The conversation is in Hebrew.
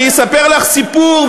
אני אספר לך סיפור,